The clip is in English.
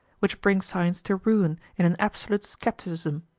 which bring science to ruin in an absolute scepticism.